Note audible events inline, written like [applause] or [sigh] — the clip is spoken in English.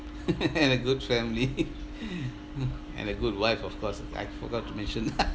[laughs] and a good family [laughs] and a good wife of course I forgot to mention [laughs]